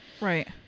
Right